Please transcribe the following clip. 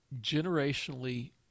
generationally